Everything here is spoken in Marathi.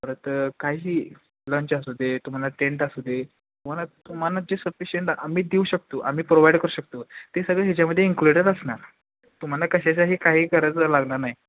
परत काही लंच असू दे तुम्हाला टेंट असू दे तुम्हाला तुम्हाला जे सफिशिंट आम्ही देऊ शकतो आम्ही प्रोव्हाइड करू शकतो ते सगळं ह्याच्यामध्ये इन्क्लुडेड असणार तुम्हाला कशाच्याही काही करायचं लागणार नाही